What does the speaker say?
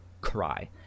Cry